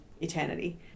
eternity